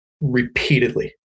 repeatedly